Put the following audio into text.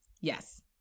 Yes